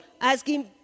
asking